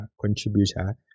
contributor